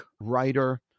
writer